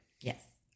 yes